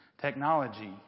Technology